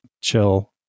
chill